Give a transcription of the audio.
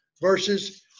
verses